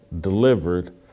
delivered